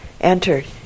entered